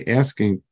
asking